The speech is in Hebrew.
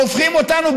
והופכים אותנו,